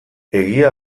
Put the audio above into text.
egia